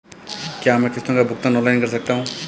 क्या मैं किश्तों का भुगतान ऑनलाइन कर सकता हूँ?